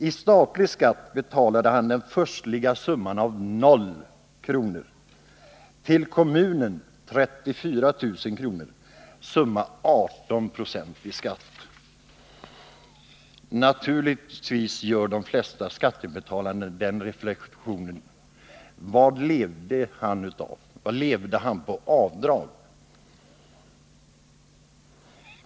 I statlig skatt betalade han den furstliga summan av O kr. Till kommunen betalade han 34 000 kr. — summa 18 9 i skatt. Naturligtvis gör de flesta skattebetalare reflexionen: Vad levde han av? Levde han på avdrag?